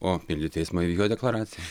o pildyti eismo įvykio deklaraciją